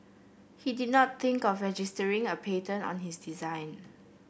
he did not think of registering a patent on his design